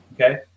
Okay